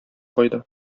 кайда